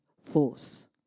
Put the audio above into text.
force